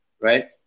right